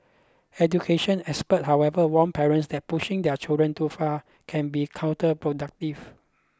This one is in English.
education experts however warn parents that pushing their children too far can be counterproductive